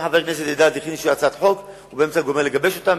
גם חבר הכנסת אלדד הגיש הצעת חוק, הוא מגבש אותה,